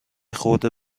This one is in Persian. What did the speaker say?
خورده